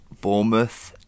Bournemouth